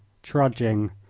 trudging,